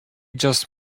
just